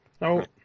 no